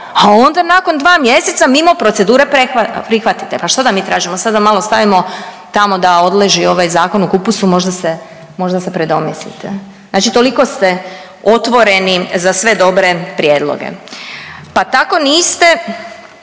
a onda nakon 2 mjeseca mimo procedure prihvatite. Pa šta da mi tražimo sad da malo stavimo, tamo da odleži ovaj zakon u kupusu možda se predomislite. Znači toliko ste otvoreni za sve dobre prijedloge, pa tako niste